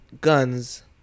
guns